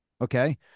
Okay